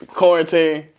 quarantine